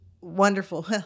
wonderful